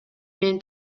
мен